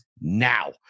now